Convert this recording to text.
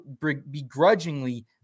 begrudgingly